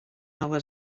nova